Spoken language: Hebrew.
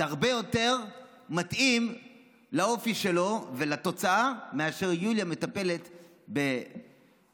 זה היה הרבה יותר מתאים לאופי שלו ולתוצאה מאשר שיוליה מטפלת בכשרות.